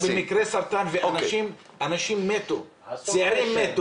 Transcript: -- בסרטן ואנשים מתו, הצעירים מתו.